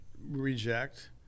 reject